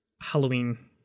Halloween